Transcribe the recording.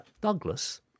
Douglas